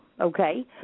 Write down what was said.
okay